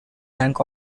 bank